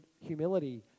humility